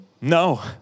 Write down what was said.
No